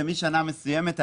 ומשנה מסוימת,